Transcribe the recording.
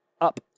up